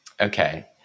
Okay